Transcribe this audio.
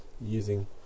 using